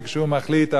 וכשהוא מחליט,